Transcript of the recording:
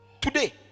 Today